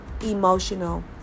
emotional